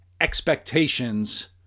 expectations